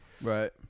Right